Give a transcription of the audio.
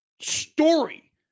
story